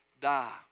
die